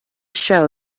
show